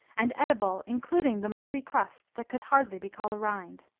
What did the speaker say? and edible, including the moldy crust that could hardly be called a rind.